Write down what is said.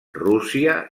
rússia